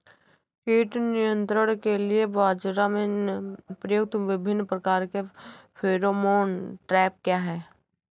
कीट नियंत्रण के लिए बाजरा में प्रयुक्त विभिन्न प्रकार के फेरोमोन ट्रैप क्या है?